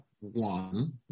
one